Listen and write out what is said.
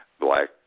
black